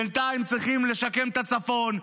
בינתיים צריכים לשקם את הצפון,